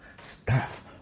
Staff